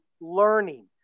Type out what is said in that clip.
learning